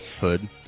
Hood